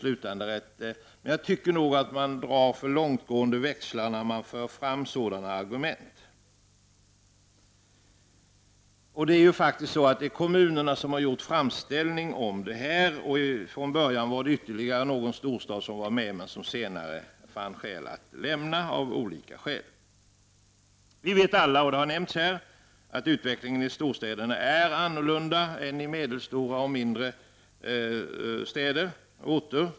Jag tycker att man drar för långtgående växlar när man för fram sådana argument. Det är faktiskt så att det är kommunerna som gjort denna framställning. Från början var det ytterligare några storstäder som var med men som senare fann skäl att lämna. Vi vet alla — och det har nämnts här tidigare — att utvecklingen i storstäderna är en annan än i medelstora och mindre städer.